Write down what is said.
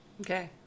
Okay